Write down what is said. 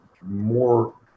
more